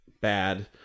bad